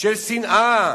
של שנאה.